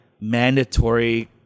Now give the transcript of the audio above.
mandatory